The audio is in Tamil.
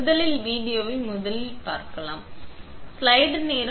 முதல் வீடியோவை முதலில் விளையாடலாம்